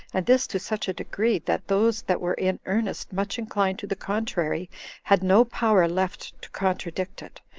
and this to such a degree, that those that were in earnest much inclined to the contrary had no power left to contradict it.